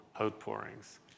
outpourings